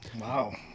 Wow